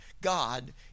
God